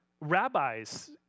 rabbis